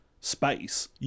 space